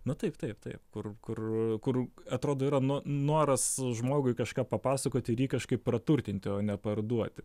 nu taip taip taip kur kur kur atrodo yra no noras žmogui kažką papasakoti ir jį kažkaip praturtinti o ne parduoti